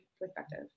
perspective